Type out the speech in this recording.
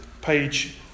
page